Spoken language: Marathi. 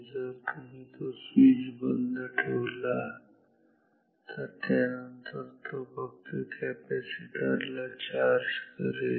जर तुम्ही तो स्विच बंद ठेवला तर त्यानंतर तो फक्त कॅपॅसिटर ला चार्ज करेल